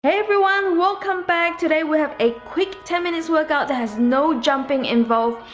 hey everyone welcome back today we have a quick ten minutes workout. there's no jumping involved,